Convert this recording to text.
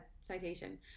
citation